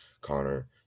Connor